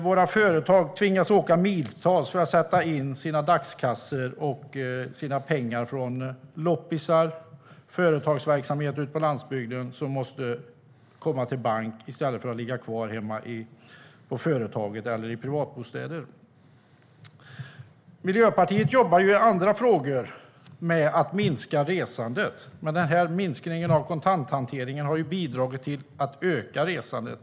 Våra företag tvingas att åka miltals för att sätta in sina dagskassor och pengar från loppisar och företagsverksamhet ute på landsbygden som måste komma till banken i stället för att ligga kvar hemma i företaget eller i privatbostäder. Miljöpartiet jobbar i andra frågor med att minska resandet, men denna minskning av kontanthanteringen har bidragit till att öka resandet.